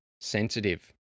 sensitive